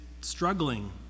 struggling